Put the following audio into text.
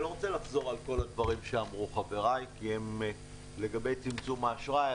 אני לא רוצה לחזור על כל הדברים שאמרו חבריי לגבי צמצום האשראי,